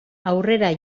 aurrera